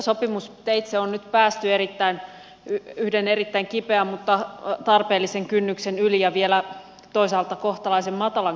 sopimusteitse on nyt päästy yhden erittäin kipeän mutta tarpeellisen kynnyksen yli ja vielä toisaalta kohtalaisen matalan kynnyksen yli